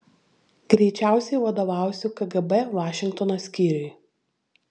greičiausiai vadovausiu kgb vašingtono skyriui